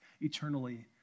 eternally